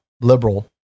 liberal